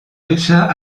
gisa